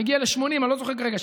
זה מגיע ל-80% אני לא זוכר כרגע,